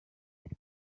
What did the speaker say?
had